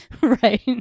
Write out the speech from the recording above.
Right